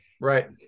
Right